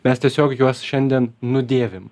mes tiesiog juos šiandien nudėvim